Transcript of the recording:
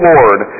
Lord